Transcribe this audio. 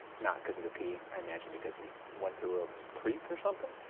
not cause of the pee, i imagine because he went through a creek or something?